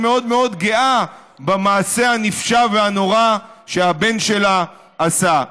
מאוד מאוד גאה במעשה הנפשע והנורא שהבן שלה עשה.